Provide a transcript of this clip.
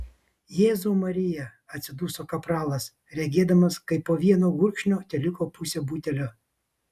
jėzau marija atsiduso kapralas regėdamas kaip po vieno gurkšnio teliko pusė butelio